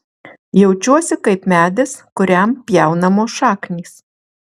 jaučiuosi kaip medis kuriam pjaunamos šaknys